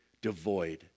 devoid